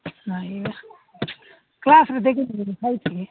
ନାଇଁ ବା କ୍ଲାସ୍ରେ ଦେଖିଥିଲି ଖାଇଛି